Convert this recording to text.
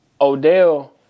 Odell